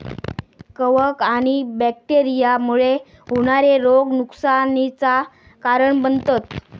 कवक आणि बैक्टेरिया मुळे होणारे रोग नुकसानीचा कारण बनतत